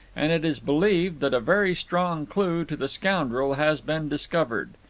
and it is believed that a very strong clue to the scoundrel has been discovered.